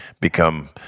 become